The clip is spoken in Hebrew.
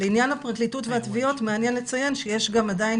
לעניין הפרקליטות והתביעות מעניין לציין שיש גם עדיין